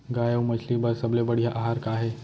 गाय अऊ मछली बर सबले बढ़िया आहार का हे?